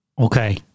Okay